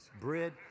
Bread